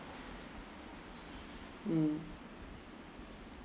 mm